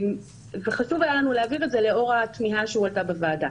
היה חשוב להבהיר את זה לאור התמיהה שהועלתה בוועדה.